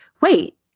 wait